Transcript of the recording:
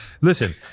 Listen